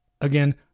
Again